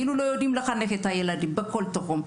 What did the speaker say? כאילו לא יודעים לחנך את הילדים בכל תחום.